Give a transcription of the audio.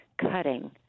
cutting